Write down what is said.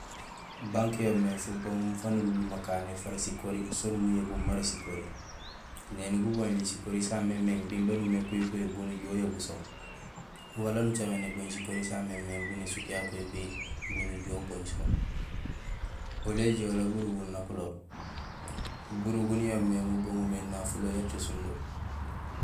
Banque yo yoomé fubaŋum faan alunlum akané fara sikori sin muyabum mara sikori néni goboñuli sikori sa mémééŋ biin baan imimé kuhikuhi bo nujuhé uyabul so wala nucaméén ébooñ sikori samémééŋ bun nésuk ya kuhikuhi bo nujuhé ubooñ so oli éjoola burugun nak uloob; burugun bo boomé mubaŋum énafulo yara to sundo.